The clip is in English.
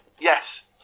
Yes